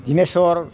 दिनेशर